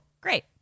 Great